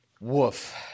Woof